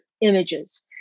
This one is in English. images